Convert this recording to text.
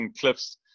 cliffs